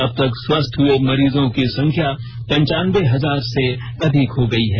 अब तक स्वस्थ हुए मरीजों की संख्या पनचानबे हजार से अधिक हो गई है